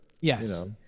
Yes